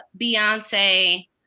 beyonce